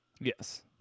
Yes